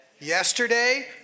yesterday